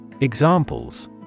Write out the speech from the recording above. Examples